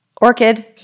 orchid